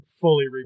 fully